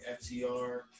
FTR